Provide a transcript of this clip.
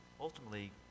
ultimately